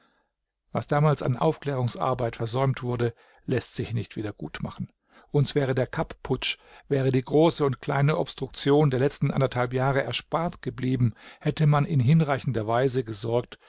was damals an aufklärungsarbeit versäumt wurde läßt sich nicht wieder gutmachen uns wäre der kapp-putsch wäre die große und kleine obstruktion der letzten anderthalb jahre erspart geblieben hätte man in hinreichender weise gesorgt